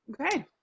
Okay